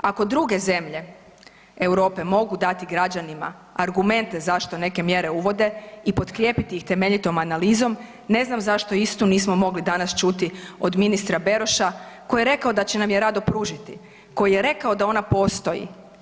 Ako druge zemlje Europe mogu dati građanima argumente zašto neke mjere uvode i potkrijepiti ih temeljitom analizom, ne znam zašto istu nismo mogli danas čuti od ministra Beroša koji je rekao da će nam je rado pružiti, koji je rekao da ona postoji?